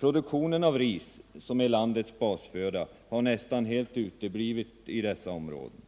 Produktionen av ris — landets basföda — har nästan helt uteblivit i dessa områden.